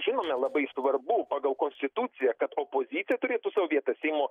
žinome labai svarbu pagal konstituciją kad opozicija turėtų savo vietą seimo